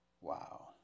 Wow